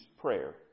prayer